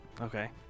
Okay